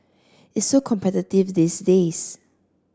it's so competitive these days